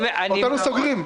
אותנו סוגרים.